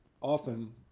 often